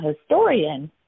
historian